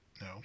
No